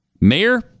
Mayor